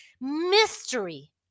mystery